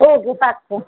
okay ચાલશે